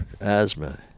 asthma